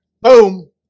Boom